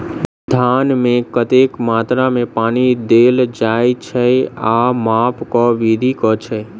धान मे कतेक मात्रा मे पानि देल जाएँ छैय आ माप केँ विधि केँ छैय?